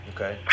Okay